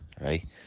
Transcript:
right